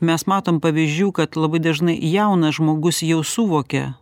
mes matom pavyzdžių kad labai dažnai jaunas žmogus jau suvokia